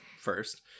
first